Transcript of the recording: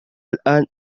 الآن